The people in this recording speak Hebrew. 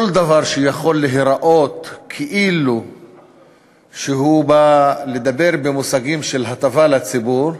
כל דבר שיכול להיראות כאילו שהוא בא לדבר במושגים של הטבה לציבור,